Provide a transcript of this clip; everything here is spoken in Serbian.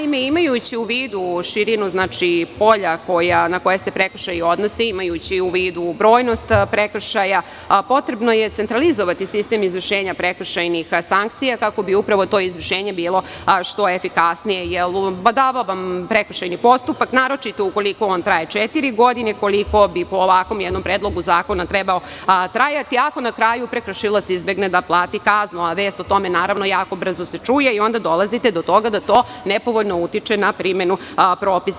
Imajući u vidu širinu polja na koje se prekršaji odnose i imajući u vidu brojnost prekršaja, potrebno je centralizovati sistem izvršenja prekršajnih sankcija kako bi to izvršenje bilo što efikasnije, jer badava vam prekršajni postupak, naročito ukoliko on traje četiri godine, koliko bi po ovakvom jednom Predlogu zakona trebao trajati, ako na kraju prekršilac izbegne da plati kaznu, a vest o tome se jako brzo čuje i onda dolazite do toga da to nepovoljno utiče na primenu propisa.